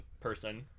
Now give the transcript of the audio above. person